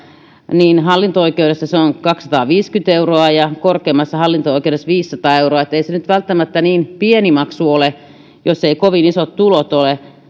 hallinto oikeudessa se on kaksisataaviisikymmentä euroa ja korkeimmassa hallinto oikeudessa viisisataa euroa eli ei se nyt välttämättä niin pieni maksu ole jos ei kovin isot tulot ole